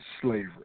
slavery